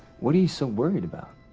what are you so worried about?